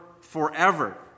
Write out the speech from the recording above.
forever